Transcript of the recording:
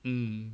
mm